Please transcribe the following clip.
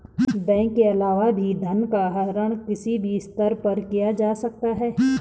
bank के अलावा भी धन का आहरण किसी भी स्तर पर किया जा सकता है